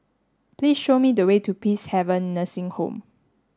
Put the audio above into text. please show me the way to Peacehaven Nursing Home